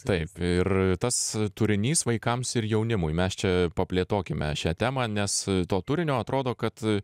taip ir tas turinys vaikams ir jaunimui mes čia plėtokime šią temą nes to turinio atrodo kad